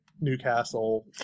newcastle